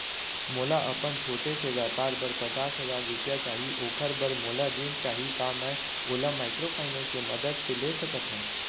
मोला अपन छोटे से व्यापार बर पचास हजार रुपिया चाही ओखर बर मोला ऋण चाही का मैं ओला माइक्रोफाइनेंस के मदद से ले सकत हो?